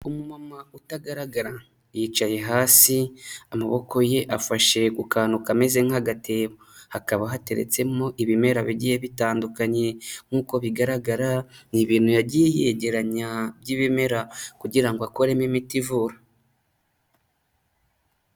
Umumama utagaragara yicaye hasi, amaboko ye afashe ku akantu kameze nk'agatebo hakaba hateretsemo ibimera bigiye bitandukanye nk'uko bigaragara ni ibintu yagiye yegeranya by'ibimera kugira ngo akoremo imiti ivura.